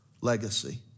Legacy